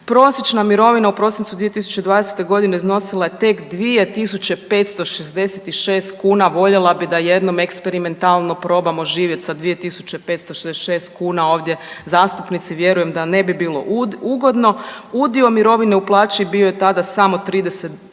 Prosječna mirovina u prosincu 2020.g. iznosila je tek 2.566 kuna, voljela bih da jednom eksperimentalno probamo živjet sa 2.566 kuna ovdje zastupnici, vjerujem da ne bi bilo ugodno. Udio mirovine u plaći bio je tada samo 39%